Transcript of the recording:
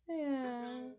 yeah